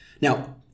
Now